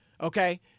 okay